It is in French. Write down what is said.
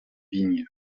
vigne